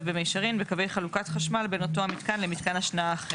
במישרין וקווי חלוקת חשמל בין אותו המיתקן למיתקן השנאה אחר".